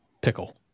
pickle